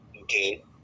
okay